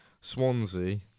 Swansea